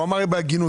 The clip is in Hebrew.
והוא אמר בהגינותו,